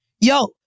Yo